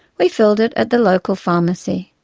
we filled it at the local pharmacy.